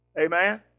Amen